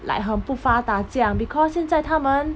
like 很不发达这样 because 现在他们